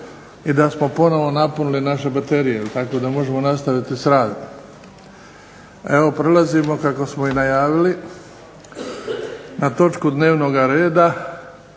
i da smo ponovno napunili naše baterije tako da možemo nastaviti s radom. Evo prelazimo kako smo i najavili na točku dnevnoga reda